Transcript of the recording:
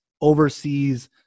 oversees